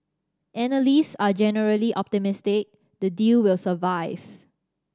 analyst are generally optimistic the deal will survive